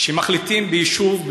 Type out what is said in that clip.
כשמחליטים ביישוב,